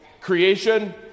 Creation